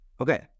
Okay